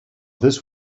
this